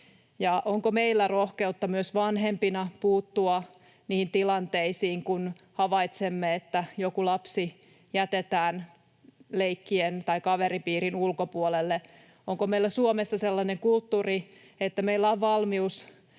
onko meillä rohkeutta myös vanhempina puuttua niihin tilanteisiin, kun havaitsemme, että joku lapsi jätetään leikkien tai kaveripiirin ulkopuolelle. Onko meillä Suomessa sellainen kulttuuri, että meillä on valmius